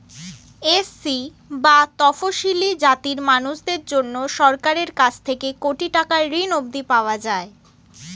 SC বা তফশিলী জাতির মানুষদের জন্যে সরকারের কাছ থেকে কোটি টাকার ঋণ অবধি পাওয়া যায়